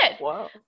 Wow